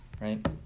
Right